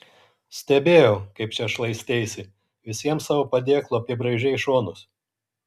stebėjau kaip čia šlaisteisi visiems savo padėklu apibraižei šonus